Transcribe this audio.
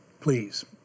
Please